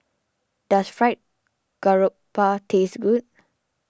does Fried Garoupa taste good